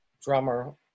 drummer